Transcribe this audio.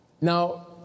Now